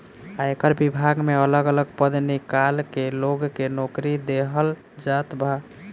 आयकर विभाग में अलग अलग पद निकाल के लोग के नोकरी देहल जात बा